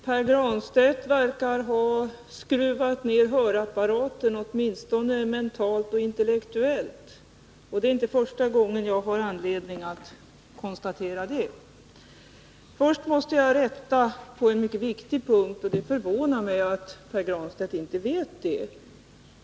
Herr talman! Pär Granstedt verkar ha skruvat ner hörapparaten, åtminstone mentalt och intellektuellt, och det är inte första gången jag har anledning att konstatera detta. Först måste jag rätta Pär Granstedt på en mycket viktig punkt. Det förvånar mig att han inte känner till vad det här är fråga om.